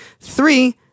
Three